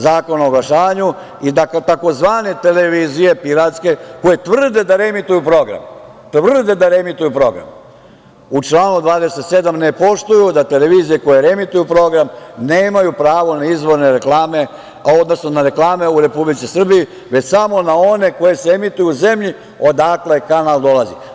Zakona o oglašavanju i da tzv. televizije, piratske, koje tvrde da reemituju program, tvrde da reemituju program u članu 27. ne poštuju da televizije koje reemituju program nemaju pravo na izvorne reklame, odnosno na reklame u Republici Srbiji, već samo na one koje se emituju u zemlji odakle kanal dolazi.